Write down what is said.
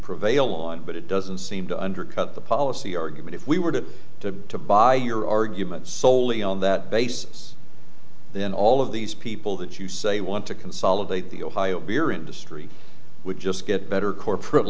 prevail on but it doesn't seem to undercut the policy argument if we were to to buy your argument soley on that basis then all of these people that you say want to consolidate the ohio beer industry would just get better corporate